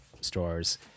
stores